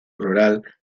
rural